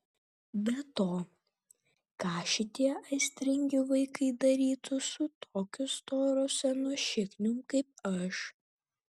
be to ką šitie aistringi vaikai darytų su tokiu storu senu šikniumi kaip aš